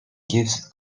gives